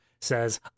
says